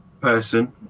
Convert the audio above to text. person